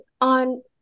on